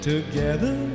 Together